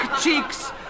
cheeks